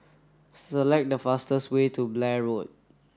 select the fastest way to Blair Road